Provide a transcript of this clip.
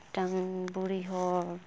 ᱢᱤᱫᱴᱟᱝ ᱵᱩᱲᱤ ᱦᱚᱲ